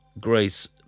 Grace